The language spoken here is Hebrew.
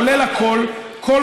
כולל הכול,